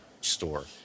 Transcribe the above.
store